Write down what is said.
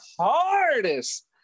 hardest